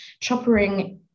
choppering